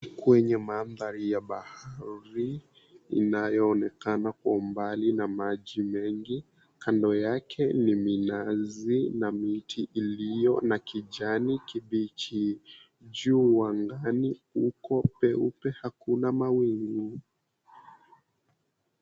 Kwenye mandhari ya bahari inayoonekana kwa umbali na maji mengi. Kando yake ni minazi na miti iliyo na kijanikibichi. Juu angani kuko peupe hakuna mawingu.